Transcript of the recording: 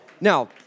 Now